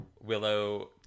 Willow